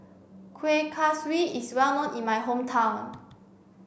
Kueh Kaswi is well known in my hometown